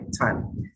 time